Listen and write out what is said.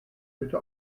bitte